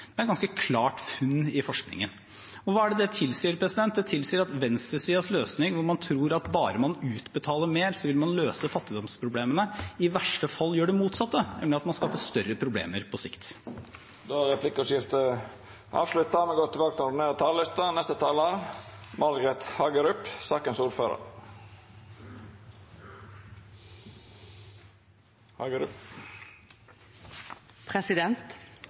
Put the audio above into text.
Det er et ganske klart funn i forskningen. Hva tilsier det? Det tilsier at venstresidens løsning – hvor man tror at bare man utbetaler mer, vil man løse fattigdomsproblemene – i verste fall gjør det motsatte, nemlig at man skaper større problemer på sikt. Replikkordskiftet er avslutta. Det har egentlig vært en debatt som har vært rimelig samstemt. Grunnen til at jeg går opp og